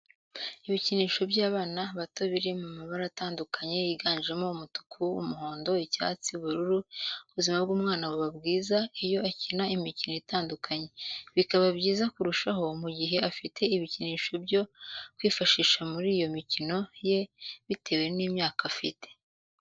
Ibikinisho by'abana bato biri mu mabara atandukanye yiganjemo umutuku, umuhondo, icyatsi, ubururu, ubuzima bw'umwana buba bwiza iyo akina imikino itandukanye, bikaba byiza kurushaho mu gihe afite ibikinisho byo kwifashisha muri iyo mikino ye bitewe n'imyaka afite.